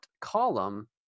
column